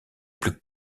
plus